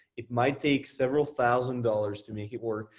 it might take several thousand dollars to make it work.